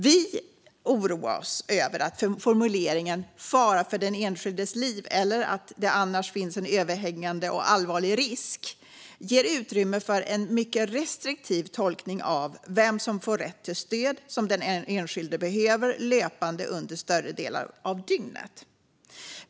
Vi oroar oss över att formuleringen "fara för den enskildes liv eller att det annars finns en överhängande eller allvarlig risk" ger utrymme för en mycket restriktiv tolkning av vem som får rätt till stöd som den enskilde behöver löpande under större delar av dygnet.